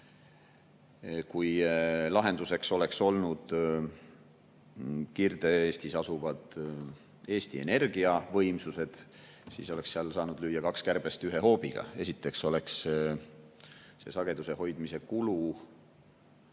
Kui lahenduseks oleks olnud Kirde-Eestis asuvad Eesti Energia võimsused, siis oleks seal saanud lüüa kaks kärbest ühe hoobiga. Esiteks oleks sageduse hoidmise kulu